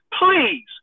please